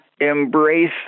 Embrace